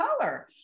color